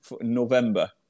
November